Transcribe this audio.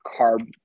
carb